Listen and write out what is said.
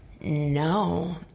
no